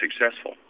successful